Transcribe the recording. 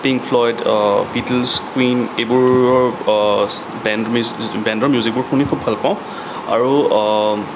pink Floyd Beatles Queen এইবোৰৰ band বেণ্ডৰ মিউজিকবোৰ শুনি খুব ভাল পাওঁ আৰু